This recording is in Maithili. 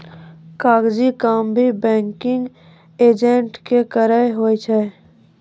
कागजी काम भी बैंकिंग एजेंट के करय लै होय छै